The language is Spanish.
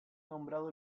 nombrado